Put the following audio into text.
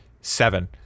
Seven